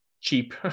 cheap